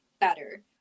better